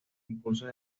concursos